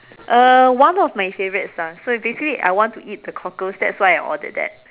uh one of my favorites ah so basically I want to eat the cockles that's why I ordered that